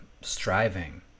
striving